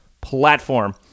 platform